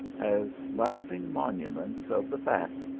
as lasting monuments of the fact,